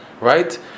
Right